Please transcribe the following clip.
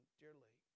dearly